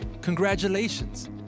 congratulations